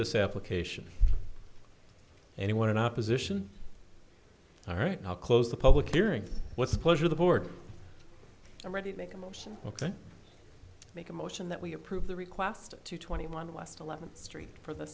this application anyone in opposition all right now closed the public hearings was a pleasure the board are ready to make a motion ok make a motion that we approve the request to twenty one last eleventh street for the